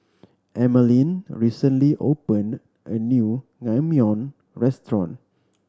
Emaline recently opened a new Naengmyeon Restaurant